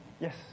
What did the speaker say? Yes